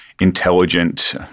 intelligent